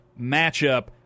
matchup